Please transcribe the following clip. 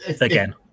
Again